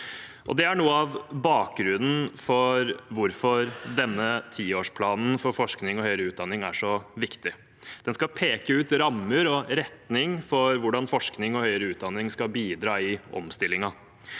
Det er noe av bakgrunnen for hvorfor denne tiårsplanen for forskning og høyere utdanning er så viktig. Den skal peke ut rammer og retning for hvordan forskning og høyere utdanning skal bidra i omstillingen.